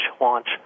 launch